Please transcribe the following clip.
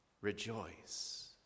Rejoice